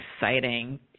exciting